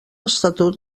estatut